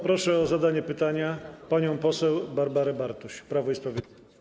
Proszę o zadanie pytania panią poseł Barbarę Bartuś, Prawo i Sprawiedliwość.